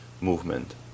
movement